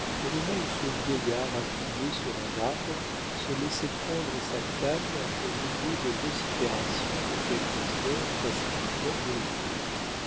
au moment où ce vieillard appuyé sur un arbre se laissait prendre sa canne au milieu des vociférations de quelques joueurs pacifiquement irrités